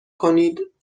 کنید